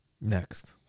next